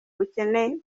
ubukene